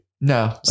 No